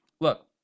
Look